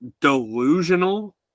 delusional